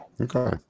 Okay